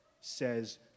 says